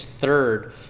third